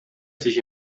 sich